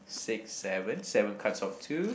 six seven seven cards of two